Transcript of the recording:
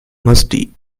musty